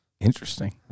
interesting